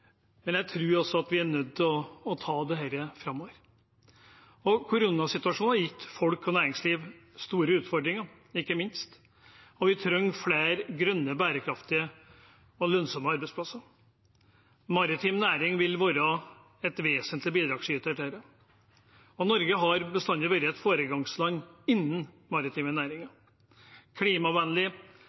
men jeg tror vi er nødt til å ta dette framover. Koronasituasjonen har ikke minst gitt folk og næringsliv store utfordringer, og vi trenger flere grønne bærekraftige og lønnsomme arbeidsplasser. Maritim næring vil være en vesentlig bidragsyter til det. Norge har bestandig vært et foregangsland innenfor maritime næringer.